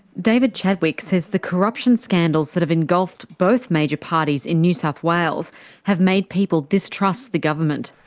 david chadwick says the corruption scandals that have engulfed both major parties in new south wales have made people distrust the government.